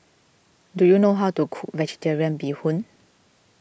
do you know how to cook Vegetarian Bee Hoon